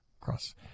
cross